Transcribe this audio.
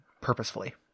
purposefully